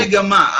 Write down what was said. לפי המגמה.